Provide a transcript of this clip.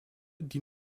die